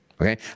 okay